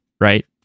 right